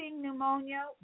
pneumonia